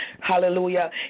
Hallelujah